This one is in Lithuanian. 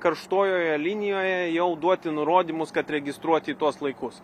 karštojoje linijoje jau duoti nurodymus kad registruot į tuos laikus